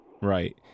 Right